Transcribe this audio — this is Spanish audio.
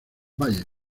valles